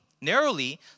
narrowly